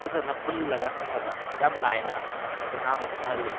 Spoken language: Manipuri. ꯐꯖꯅ ꯄꯨꯜꯂꯒ ꯊꯝꯕꯗ ꯌꯥꯝ ꯂꯥꯏꯅ ꯆꯤꯛꯄ ꯅꯥꯕ ꯐꯍꯜꯂꯤ